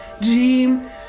dream